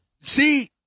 See